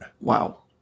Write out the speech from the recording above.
Wow